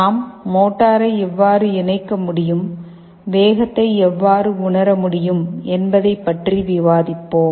நாம் மோட்டாரை எவ்வாறு இணைக்க முடியும் வேகத்தை எவ்வாறு உணர முடியும் என்பதை பற்றி விவாதிப்போம்